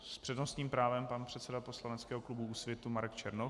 S přednostním právem pan předseda poslaneckého klubu Úsvit Marek Černoch.